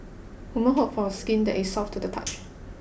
women hope for skin that is soft to the touch